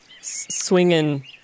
swinging